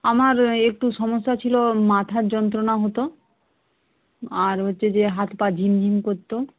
আমার একটু সমস্যা ছিলো মাথার যন্ত্রণা হতো আর হচ্ছে যেয়ে হাত পা ঝিনঝিন করতো